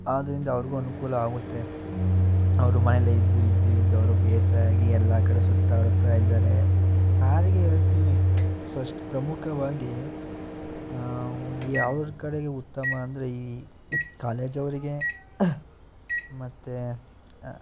ಆದ್ದರಿಂದ ಅವ್ರಿಗೂ ಅನುಕೂಲ ಆಗುತ್ತೆ ಅವರು ಮನೇಲಿ ಇದ್ದು ಇದ್ದುಇದ್ದು ಅವ್ರ್ಗೆ ಬೇಸರಾಗಿ ಎಲ್ಲ ಕಡೆ ಸುತ್ತಾಡುತ್ತಾ ಇದ್ದಾರೆ ಸಾರಿಗೆ ವ್ಯವಸ್ಥೆಯು ಫರ್ಸ್ಟ್ ಪ್ರಮುಖವಾಗಿ ಯಾವೂರ ಕಡೆಗೆ ಉತ್ತಮ ಅಂದರೆ ಈ ಕಾಲೇಜ್ ಅವರಿಗೆ ಮತ್ತು